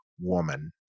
woman